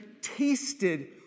tasted